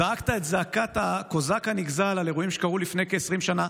זעקת את זעקת הקוזק הנגזל על אירועים שקרו לפני כ-20 שנה,